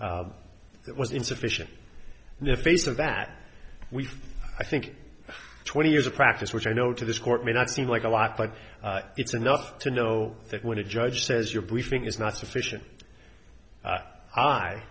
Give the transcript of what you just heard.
was insufficient to face of that we i think twenty years of practice which i know to this court may not seem like a lot but it's enough to know that when a judge says you're briefing is not sufficient